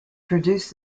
produced